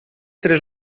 tres